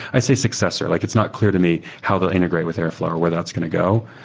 i say successor. like it's not clear to me how they'll integrate with airfl ow or where that's going to go.